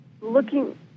looking